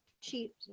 cheap